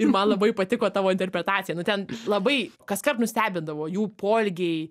ir man labai patiko tavo interpretacija nu ten labai kaskart nustebindavo jų poelgiai